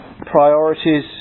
priorities